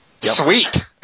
sweet